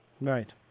Right